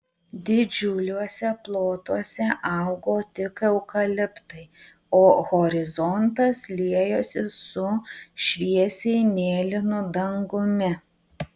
didžiuliuose plotuose augo tik eukaliptai o horizontas liejosi su šviesiai mėlynu dangumi